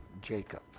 Jacob